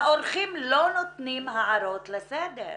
האורחים לא נותנים הערות לסדר.